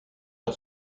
par